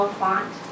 font